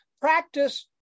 practice